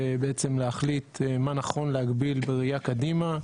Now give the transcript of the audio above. ובעצם להחליט מה נכון להגביל בראייה קדימה.